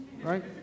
right